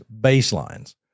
baselines